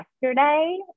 yesterday